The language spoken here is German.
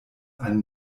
ein